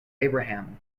abraham